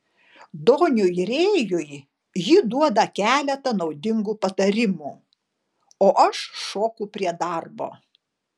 doniui rėjui ji duoda keletą naudingų patarimų o aš šoku prie darbo